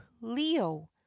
leo